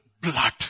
blood